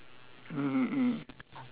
mmhmm mm